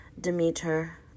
Demeter